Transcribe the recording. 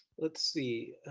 let's see.